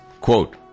Quote